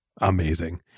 amazing